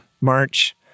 March